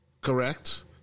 correct